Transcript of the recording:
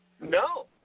No